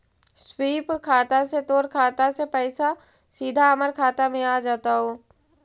स्वीप खाता से तोर खाता से पइसा सीधा हमर खाता में आ जतउ